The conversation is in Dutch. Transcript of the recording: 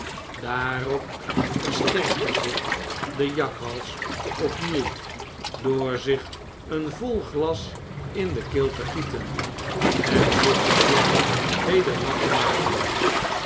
daarop versterkte zich de jakhals opnieuw door zich een vol glas in de keel te gieten en zich het hoofd weder nat te maken